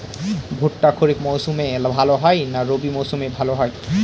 ভুট্টা খরিফ মৌসুমে ভাল হয় না রবি মৌসুমে ভাল হয়?